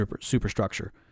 superstructure